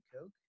Coke